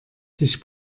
sich